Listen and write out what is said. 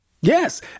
Yes